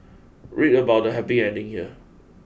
read about the happy ending here